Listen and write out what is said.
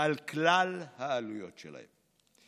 על כלל העלויות שלהם,